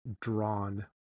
drawn